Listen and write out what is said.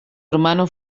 hermano